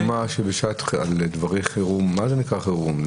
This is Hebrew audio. מה זה נקרא חירום?